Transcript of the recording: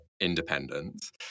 independence